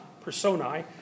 personae